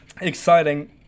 exciting